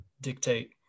dictate